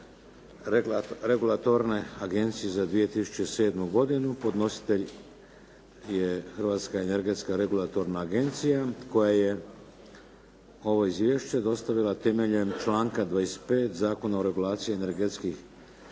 Hrvatska energetska regulatorna agencija koja je ovo izvješće dostavila temeljem članka 25. Zakona o regulaciji energetskih